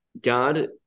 God